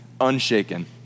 unshaken